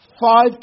five